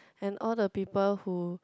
and all the people who